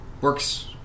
works